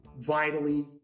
vitally